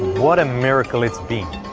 what a miracle it's been.